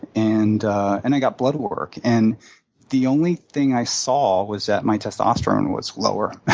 and and i got bloodwork. and the only thing i saw was that my testosterone was lower.